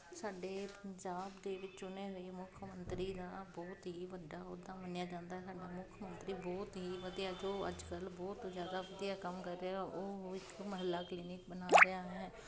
ਸਾਡੇ ਪੰਜਾਬ ਦੇ ਵਿੱਚ ਚੁਣੇ ਗਏ ਮੁੱਖ ਮੰਤਰੀ ਦਾ ਬਹੁਤ ਹੀ ਵੱਡਾ ਅਹੁਦਾ ਮੰਨਿਆ ਜਾਂਦਾ ਮੁੱਖ ਮੰਤਰੀ ਬਹੁਤ ਹੀ ਵਧੀਆ ਜੋ ਅੱਜ ਕੱਲ੍ਹ ਬਹੁਤ ਜ਼ਿਆਦਾ ਵਧੀਆ ਕੰਮ ਕਰ ਰਿਹਾ ਉਹ ਹੋਰ ਇੱਕ ਮੁਹੱਲਾ ਕਲੀਨਿਕ ਬਣਾ ਰਿਹਾ ਹੈ